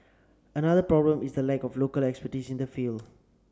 another problem is the lack of local in the field